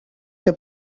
que